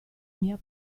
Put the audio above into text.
mia